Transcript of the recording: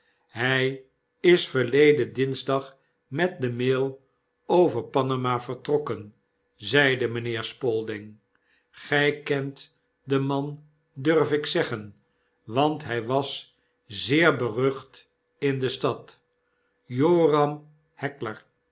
hy is verleden dinsdag met de mail over panama vertrokkcn zeide mijnheer spalding gy kent den man durf ik zeggen want hi was zeer berucht in de stad joram